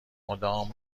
مدام